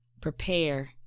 Prepare